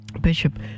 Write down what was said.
Bishop